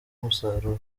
umusaruro